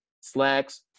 slacks